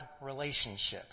relationships